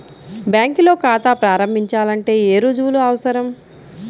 బ్యాంకులో ఖాతా ప్రారంభించాలంటే ఏ రుజువులు అవసరం?